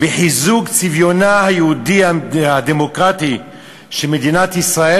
בחיזוק צביונה היהודי הדמוקרטי של מדינת ישראל,